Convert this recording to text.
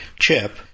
chip